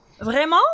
vraiment